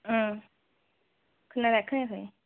खोनाबाय खोनायाखै